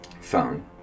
phone